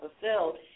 fulfilled